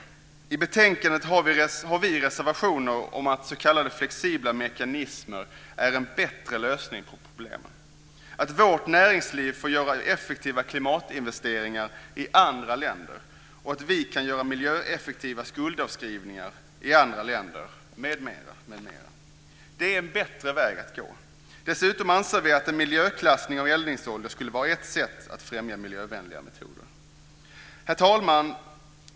Till betänkandet har vi fogat reservationer om att s.k. flexibla mekanismer är en bättre lösning på problemen - dvs. att vårt näringsliv får göra effektiva klimatinvesteringar i andra länder och att vi kan göra miljöeffektiva skuldavskrivningar i andra länder m.m. Det är en bättre väg att gå. Dessutom anser vi att en miljöklassning av eldningsoljor skulle vara ett sätt att främja miljövänliga metoder. Herr talman!